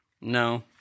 No